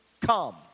come